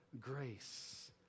grace